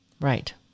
Right